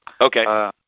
Okay